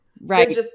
right